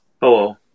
Hello